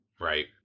Right